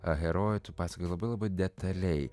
tą heroję tu pasakoji labai labai detaliai